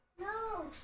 No